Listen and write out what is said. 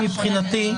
זה מאוד לא מדויק.